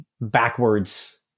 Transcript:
backwards